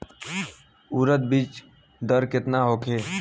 उरद बीज दर केतना होखे?